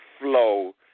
flow